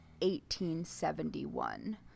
1871